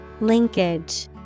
Linkage